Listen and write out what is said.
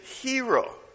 hero